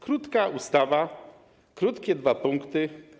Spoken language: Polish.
Krótka ustawa, krótkie dwa punkty.